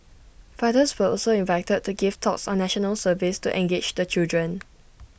fathers were also invited to give talks on National Service to engage the children